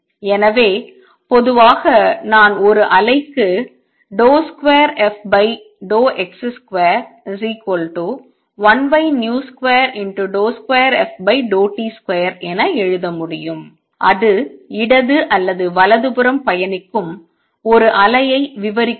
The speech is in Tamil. எனவே பொதுவாக நான் ஒரு அலைக்கு 2fx21v22ft2 என எழுத முடியும் அது இடது அல்லது வலதுபுறம் பயணிக்கும் ஒரு அலையை விவரிக்கிறது